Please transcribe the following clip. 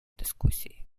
дискусії